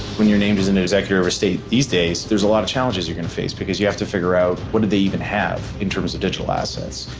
when your names doesn't exactly overstate these days, there's a lot of challenges you're going to face because you have to figure out what do they even have in terms of digital assets?